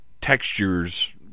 textures